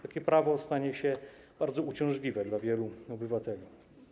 Takie prawo stanie się bardzo uciążliwe dla wielu obywateli.